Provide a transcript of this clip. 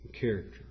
character